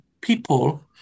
people